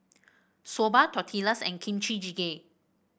Soba Tortillas and Kimchi Jjigae